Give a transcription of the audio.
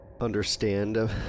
Understand